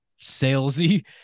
salesy